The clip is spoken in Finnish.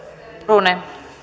puhemies